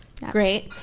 great